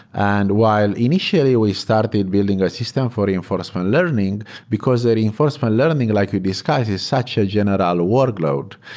and while initially we started and building a system for reinforcement learning, because the reinforcement learning like you discussed is such a general ah workload.